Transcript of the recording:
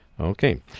Okay